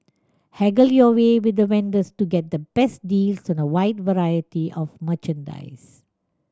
haggle your way with the vendors to get the best deals on a wide variety of merchandise